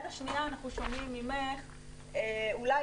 וביד השנייה אנחנו שומעים ממך שאולי